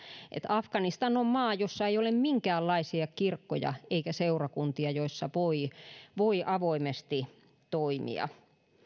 afganistan on maa jossa ei ole minkäänlaisia kirkkoja eikä seurakuntia joissa voi avoimesti toimia